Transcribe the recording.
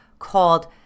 called